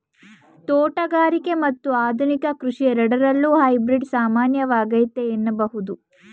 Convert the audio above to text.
ತೋಟಗಾರಿಕೆ ಮತ್ತು ಆಧುನಿಕ ಕೃಷಿ ಎರಡರಲ್ಲೂ ಹೈಬ್ರಿಡ್ ಸಾಮಾನ್ಯವಾಗೈತೆ ಎನ್ನಬಹುದು